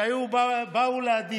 שבאו לדיון,